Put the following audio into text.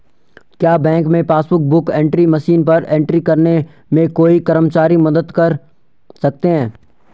क्या बैंक में passbook book entry machine पर एंट्री करने में कोई कर्मचारी मदद कर सकते हैं?